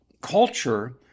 culture